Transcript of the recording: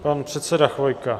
Pan předseda Chvojka.